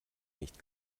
nicht